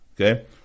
Okay